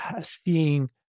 seeing